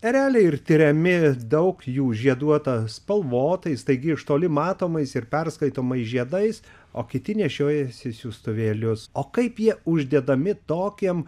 ereliai ir tiriami daug jų žieduota spalvotais taigi iš toli matomais ir perskaitomais žiedais o kiti nešiojasi siųstuvėlius o kaip jie uždedami tokiem